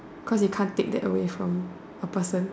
cause you can't take that away from a person